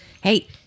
hey